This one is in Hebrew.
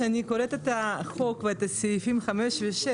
כשאני קוראת את החוק ואת סעיפים 5 ו-6,